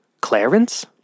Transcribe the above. Clarence